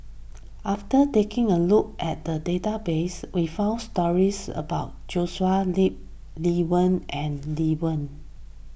after taking a look at the database we found stories about Joshua Ip Lee Wen and Lee Wen